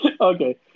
Okay